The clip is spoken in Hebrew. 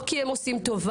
לא כי הם עושים טובה.